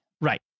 Right